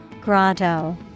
Grotto